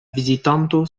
vizitanto